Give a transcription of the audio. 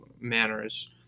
manners